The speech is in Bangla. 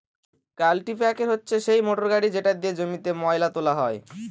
কাল্টিপ্যাকের হচ্ছে সেই মোটর গাড়ি যেটা দিয়ে জমিতে ময়লা তোলা হয়